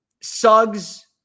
Suggs